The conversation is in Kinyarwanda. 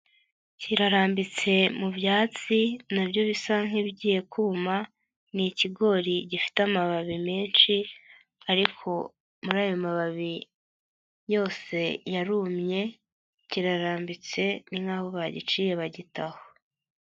Kirarambitse mu byatsi na byo bisa nk'ibigiye kuma, ni ikigori gifite amababi menshi ariko muri ayo mababi yose yarumye kirarambitse ni nkaho bagiciye bagita aho.